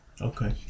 okay